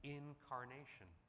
incarnation